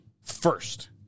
first